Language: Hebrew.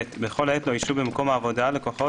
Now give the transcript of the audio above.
(ב)בכל עת לא ישהו במקום העבודה לקוחות